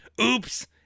Oops